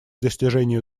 достижению